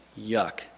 Yuck